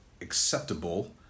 acceptable